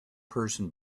person